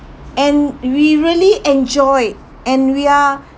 and we really enjoy and we are